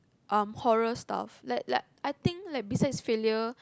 um horror stuff like like I think like besides failure